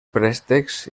préstecs